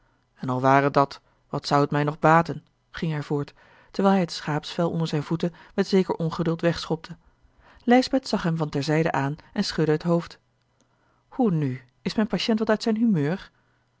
en al ware dat wat zou het mij nog baten ging hij voort terwijl hij het schaapsvel onder zijne voeten met zeker ongeduld wegschopte lijsbeth zag hem van ter zijde aan en schudde het hoofd hoe nu is mijn patiënt wat uit zijn humeur